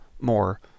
more